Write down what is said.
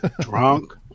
Drunk